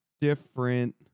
different